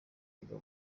ingabo